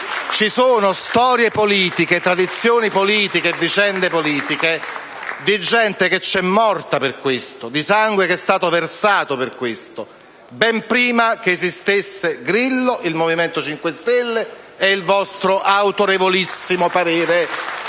Ci sono storie, tradizioni e vicende politiche di gente che è morta per questo, di sangue che per questo è stato versato, ben prima che esistesse Grillo, il Movimento 5 Stelle e il vostro autorevolissimo parere.